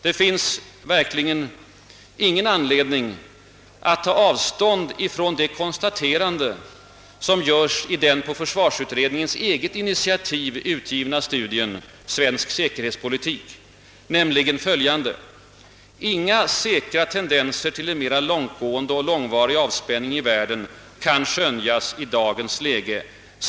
Det finns verkligen ingen anledning att ta avstånd från det konstaterande som görs i den på försvarsutredningens eget initiativ utgivna studien »Svensk säkerhetspolitik», nämligen: »Inga säkra tendenser till en mera långtgående och långvarig avspänning i världen kan skönjas i dagens läge.